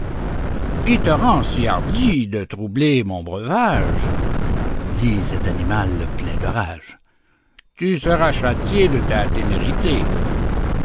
rend si hardi de troubler mon breuvage dit cet animal plein de rage tu seras châtié de ta témérité